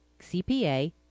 CPA